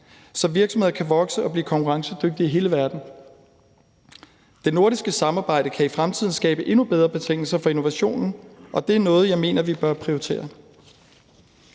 så virksomheder kan vokse og blive konkurrencedygtige i hele verden. Det nordiske samarbejde kan i fremtiden skabe endnu bedre betingelser for innovationen, og det er noget, jeg mener vi bør prioritere.